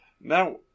Now